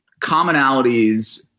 commonalities